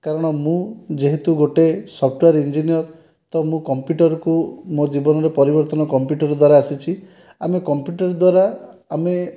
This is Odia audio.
କାରଣ ମୁଁ ଯେହେତୁ ଗୋଟିଏ ସଫ୍ଟୱେଆର ଇଂଜିନିୟର ତ ମୁଁ କମ୍ପୁଟରକୁ ମୋ ଜୀବନର ପରିବର୍ତ୍ତନ କମ୍ପୁଟର ଦ୍ୱାରା ଆସିଛି ଆମେ କମ୍ପୁଟର ଦ୍ୱାରା ଆମେ